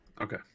okay